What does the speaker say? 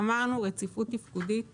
אמרנו רציפות תפקודית